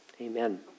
Amen